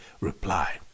reply